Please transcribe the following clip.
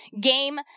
Game